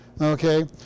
okay